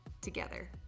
together